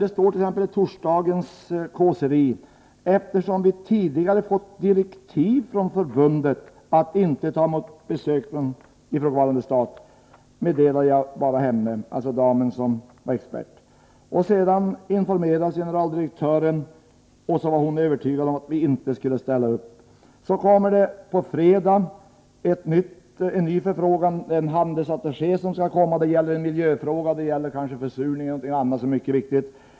Det står t.ex. i torsdagens kåseri: ”Eftersom vi tidigare fått direktiv från förbundet att inte ta emot besök från” — ifrågavarande stat —- ”meddelade jag bara henne.” Det var alltså Statstjänstemannaförbundets internationella expert som meddelade. Sedan informerades generaldirektören, och så var hon övertygad om att de inte skulle ställa upp. På fredagen kommer en ny förfrågan. Det är en handelsattaché som vill komma. Det gäller en miljöfråga, kanske försurning eller något annat som är mycket viktigt.